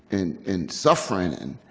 and and suffering. and